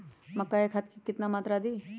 मक्का में खाद की मात्रा कितना दे?